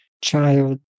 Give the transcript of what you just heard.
child